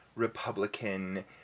Republican